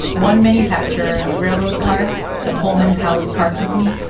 one manufacturer of railroad cars, the pullman palace car company,